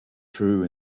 true